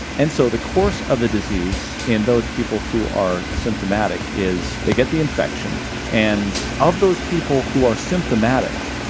and so the course of the disease in those people who are symptomatic is they get the infection and, of those people who are symptomatic,